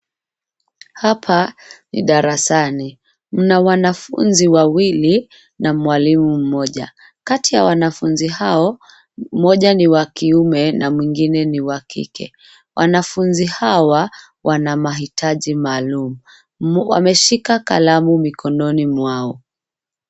Hapa ni darasani, mna wanafunzi wawili na mwalimu mmoja. Kati ya wanafunzi hao, mmoja ni wa kiume na mwingine ni wa kike. Wanafunzi hawa wana mahitaji maalum. Wameshika kalamu mikononi mwao.